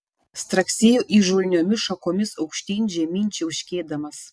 straksėjo įžulniomis šakomis aukštyn žemyn čiauškėdamas